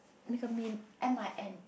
you can be in M_I_N